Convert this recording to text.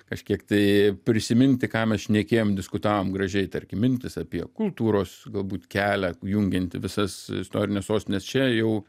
kažkiek tai prisiminti ką mes šnekėjom diskutavom gražiai tarkim mintys apie kultūros galbūt kelią jungiantį visas istorines sostines čia jau